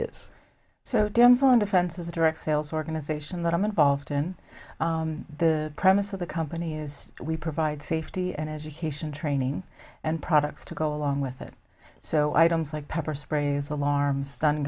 is so dems on defense as a direct sales organization that i'm involved in the premise of the company is we provide safety and education training and products to go along with it so items like pepper sprays alarms stun